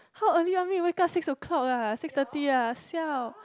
how early you want me to wake up six o-clock ah six thirty ah siao